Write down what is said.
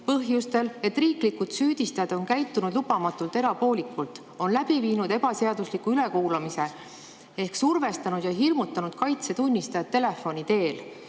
põhjusel, et riiklikud süüdistajad on käitunud lubamatult erapoolikult, on läbi viinud ebaseadusliku ülekuulamise ehk survestanud ja hirmutanud kaitse tunnistajat telefoni teel,